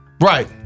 Right